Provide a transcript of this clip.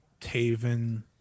Taven